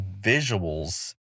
visuals